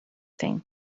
thing